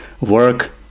work